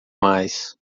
mais